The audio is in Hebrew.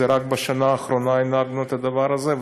רק בשנה האחרונה הנהגנו את הדבר הזה.